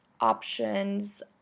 options